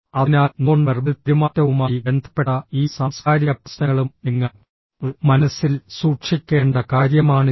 അതിനാൽ non verbal പെരുമാറ്റവുമായി ബന്ധപ്പെട്ട ഈ സാംസ്കാരിക പ്രശ്നങ്ങളും നിങ്ങൾ മനസ്സിൽ സൂക്ഷിക്കേണ്ട കാര്യമാണിത്